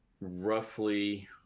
roughly